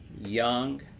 young